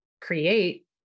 create